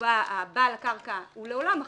שבה בעל הקרקע הוא לעולם אחראי,